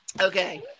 Okay